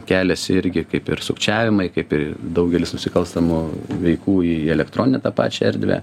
kelias irgi kaip ir sukčiavimai kaip ir daugelis nusikalstamų veikų į elektroninę tą pačią erdvę